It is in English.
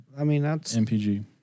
MPG